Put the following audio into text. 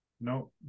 no